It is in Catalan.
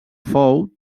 fou